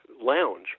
lounge